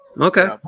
Okay